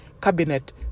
cabinet